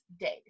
days